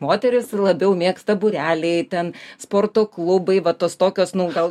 moteris labiau mėgsta būreliai ten sporto klubai va tos tokios nu gal